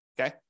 okay